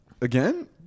Again